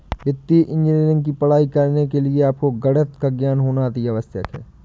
वित्तीय इंजीनियरिंग की पढ़ाई करने के लिए आपको गणित का ज्ञान होना अति आवश्यक है